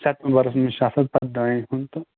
سیپٹیٚمبَرَس منٛز چھِ آسان پَتہٕ دانہِ کُن تہٕ